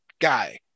guy